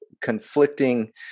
conflicting